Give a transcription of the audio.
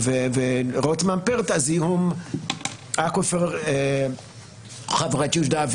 ורותם אמפרט על זיהום אקוויפר חבורת יהודה,